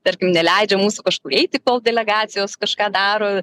tarkim neleidžia mūsų kažkur eiti kol delegacijos kažką daro